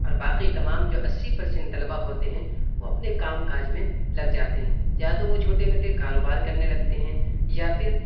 اور باقی تمام جو اسی پرسین طلبہ ہوتے ہیں وہ اپنے کام کاج میں لگ جاتے ہیں یا تو وہ چھوٹے موٹے کاروبار کرنے لگتے ہیں یا پھر